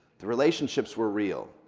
the relationships were real,